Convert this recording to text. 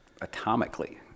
atomically